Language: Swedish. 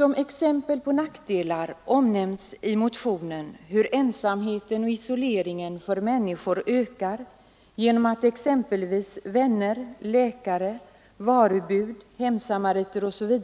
Som exempel på nackdelar omnämns i motionen hur ensamheten och isoleringen för människor ökar genom att vänner, läkare, varubud, hemsamariter osv.